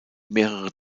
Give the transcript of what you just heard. mehrere